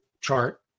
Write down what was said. chart